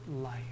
life